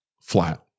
flat